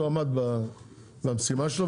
הוא עמד במשימה שלו.